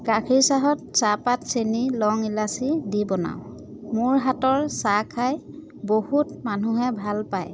গাখীৰ চাহত চাহপাত চেনি লং ইলাচি দি বনাওঁ মোৰ হাতৰ চাহ খাই বহুত মানুহে ভাল পায়